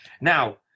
Now